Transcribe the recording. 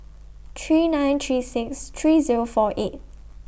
three nine three six three Zero four eight